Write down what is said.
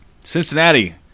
Cincinnati